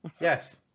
Yes